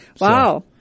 Wow